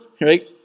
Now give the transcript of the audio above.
right